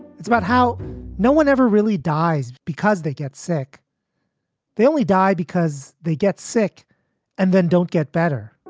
it's about how no one ever really dies because they get sick they only die because they get sick and then don't get better